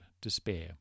despair